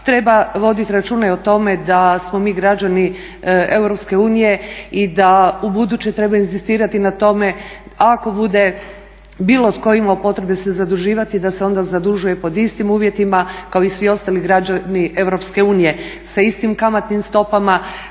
treba voditi računa i o tome da smo mi građani EU i da ubuduće treba inzistirati na tome ako bude bilo tko imao potrebe se zaduživati da se onda zadužuje pod istim uvjetima kao i svi ostali građani EU, sa istim kamatnim stopama.